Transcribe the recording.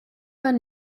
war